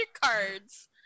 cards